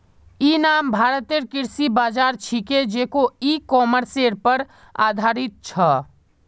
इ नाम भारतेर कृषि बाज़ार छिके जेको इ कॉमर्सेर पर आधारित छ